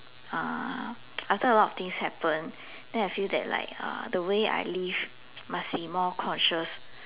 uh after a lot of things happen then I feel that like uh the way I live must be more conscious